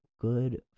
good